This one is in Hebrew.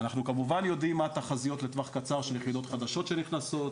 אנחנו כמובן יודעים מה התחזיות לטווח קצר ליחידות חדשות שנכנסות,